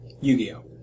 Yu-Gi-Oh